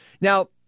Now